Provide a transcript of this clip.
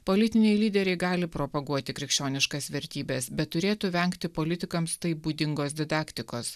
politiniai lyderiai gali propaguoti krikščioniškas vertybes bet turėtų vengti politikams taip būdingos didaktikos